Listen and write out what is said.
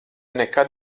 nekad